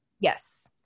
yes